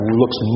looks